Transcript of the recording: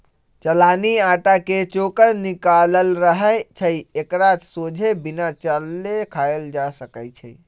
चलानि अटा के चोकर निकालल रहै छइ एकरा सोझे बिना चालले खायल जा सकै छइ